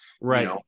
Right